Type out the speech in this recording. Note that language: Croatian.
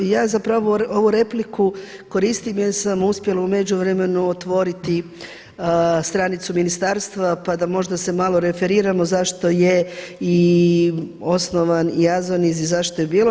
Ja zapravo ovu repliku koristim jer sam uspjela u međuvremenu otvoriti stranicu ministarstva pa da možda se malo referiramo zašto je i osnovan AZONIZ i zašto je bilo.